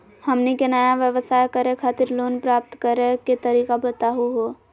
हमनी के नया व्यवसाय करै खातिर लोन प्राप्त करै के तरीका बताहु हो?